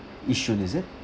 Yishun is it